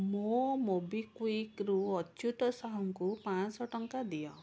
ମୋ ମୋବିକ୍ଵିକ୍ରୁ ଅଚ୍ୟୁତ ସାହୁଙ୍କୁ ପାଞ୍ଚଶହ ଟଙ୍କା ଦିଅ